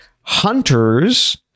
Hunters